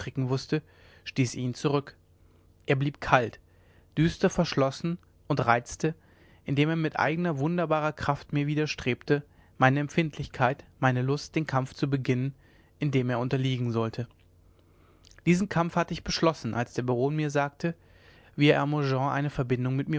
stieß ihn zurück er blieb kalt düster verschlossen und reizte indem er mit eigner wunderbarer kraft mir widerstrebte meine empfindlichkeit meine lust den kampf zu beginnen in dem er unterliegen sollte diesen kampf hatte ich beschlossen als der baron mir sagte wie er hermogen eine verbindung mit